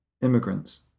immigrants